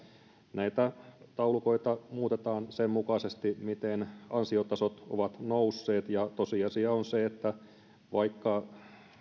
näitä taulukoita muutetaan sen mukaisesti miten ansiotasot ovat nousseet tosiasia on se että vaikka